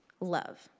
love